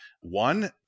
One